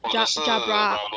ja~ jabra